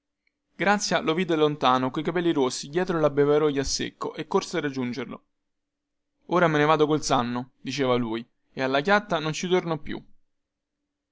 grazia lo vide da lontano coi capelli rossi dietro labbeveratoio a secco e corse a raggiungerlo ora me ne vado col zanno diceva lui e alla chiatta non ci torno più